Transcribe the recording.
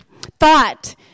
thought